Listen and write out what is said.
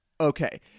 Okay